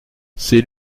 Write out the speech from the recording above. c’est